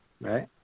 right